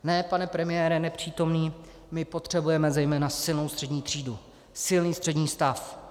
Ne, pane premiére, nepřítomný, my potřebujeme zejména silnou střední třídu, silný střední stav.